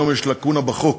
היום יש לקונה בחוק,